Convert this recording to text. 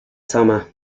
summer